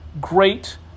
great